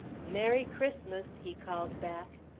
merry christmas! he called back.